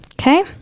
okay